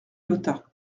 lota